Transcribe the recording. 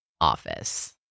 office